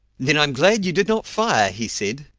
then i'm glad you did not fire! he said.